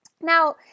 Now